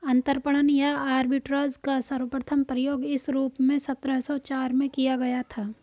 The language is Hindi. अंतरपणन या आर्बिट्राज का सर्वप्रथम प्रयोग इस रूप में सत्रह सौ चार में किया गया था